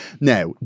Now